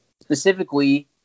Specifically